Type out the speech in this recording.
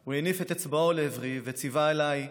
הוא הניף את אצבעו לעברי וציווה עליי: